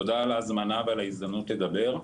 תודה על ההזמנה וההזדמנות לדבר.